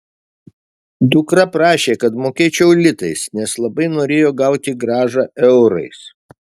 dukra prašė kad mokėčiau litais nes labai norėjo gauti grąžą eurais